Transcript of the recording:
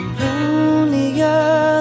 lonelier